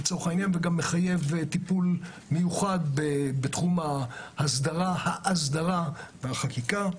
וגם מחייב טיפול מיוחד בתחום האסדרה והחקיקה.